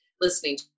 listening